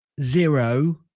zero